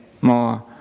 more